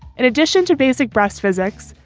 in addition to basic breast physics,